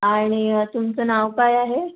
आणि तुमचं नाव काय आहे